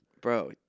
bro